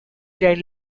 jean